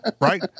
Right